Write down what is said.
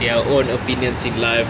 their own opinions in life